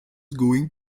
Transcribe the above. going